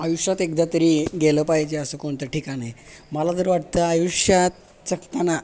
आयुष्यात एकदा तरी गेलं पाहिजे असं कोणतं ठिकाण आहे मला तर वाटतं आयुष्यात जगताना